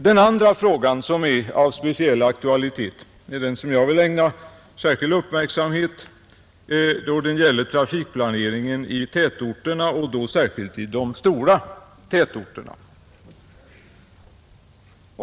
Den andra frågan som är av speciell aktualitet och som jag vill ägna särskild uppmärksamhet gäller trafikplaneringen i tätorterna och då främst i de stora tätorterna.